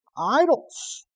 idols